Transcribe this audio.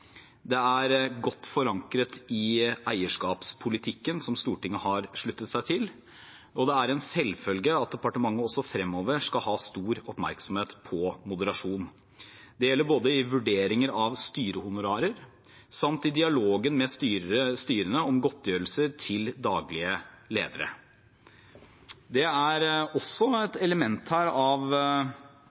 er godt forankret i eierskapspolitikken som Stortinget har sluttet seg til, og det er en selvfølge at departementet også fremover skal ha stor oppmerksomhet på moderasjon. Det gjelder både i vurderinger av styrehonorarer samt i dialogen med styrene om godtgjørelse til daglig ledere. Det er også et element her av